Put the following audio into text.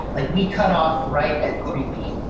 like we cut off right at three b.